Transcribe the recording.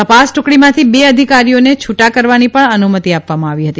તપાસ ટુકડીમાંથી બે અધિકારીઓને છુટા કરવાની પણ અનુમતિ આપવામાં આવી હતી